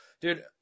Dude